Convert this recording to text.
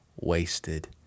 wasted